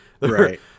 Right